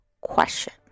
question